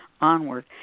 onward